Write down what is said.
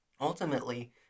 ultimately